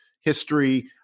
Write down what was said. history